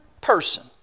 person